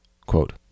quote